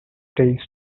stays